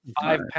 five